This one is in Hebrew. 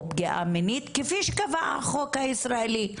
או פגיעה מינית כפי שקבע החוק הישראלי,